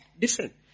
different